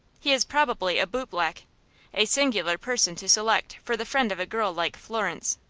he is probably a bootblack a singular person to select for the friend of a girl like florence.